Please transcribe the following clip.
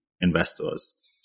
investors